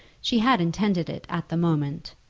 she had intended it at the moment.